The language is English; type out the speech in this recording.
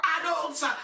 adults